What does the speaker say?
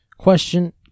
Question